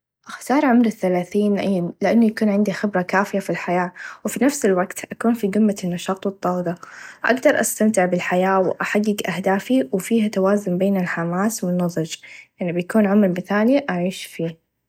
أختار عمر الثلاثين لإن بيكون عندي الخبره الكافيه في الحياه و في نفس الوقت أكون في قمه النشاط و الطاقه أقدر أستمتع بالحياه و أحقق أهدافي و فيها توازن بين الحماس و النظچ يعني بيكون العمر المثالي اعيش فيه.